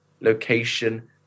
location